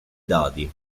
dadi